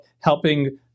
helping